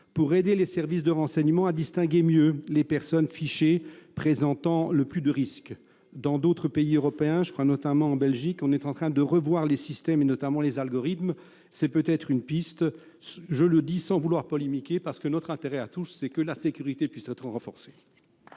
pour aider les services de renseignement à mieux distinguer les personnes présentant le plus de risque ? Dans d'autres pays européens, et notamment en Belgique, on est en train de revoir les systèmes, et en particulier les algorithmes ; c'est peut-être une piste. Je le dis sans vouloir polémiquer parce que notre intérêt à tous c'est que la sécurité puisse être renforcée.